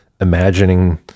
imagining